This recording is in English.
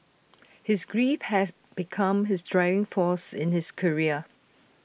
his grief has become his driving force in his career